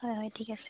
হয় হয় ঠিক আছে